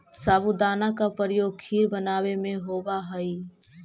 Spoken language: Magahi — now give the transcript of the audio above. साबूदाना का प्रयोग खीर बनावे में होवा हई